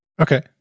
Okay